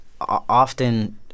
often